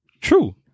true